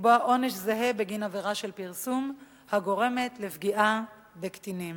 לקבוע עונש זהה בגין עבירה של פרסום הגורמת לפגיעה בקטינים.